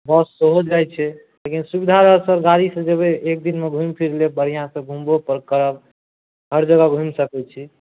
बस सेहो जाइत छै लेकिन सुविधा रहत सर गाड़ी से जेबै एक दिनमे घूमि फिर लेब बढ़िआँ से घूमबो फेर करब हर जगह घूमि सकैत छी